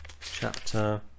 chapter